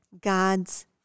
God's